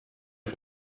est